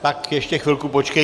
Tak ještě chvilku počkejte.